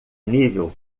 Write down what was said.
nível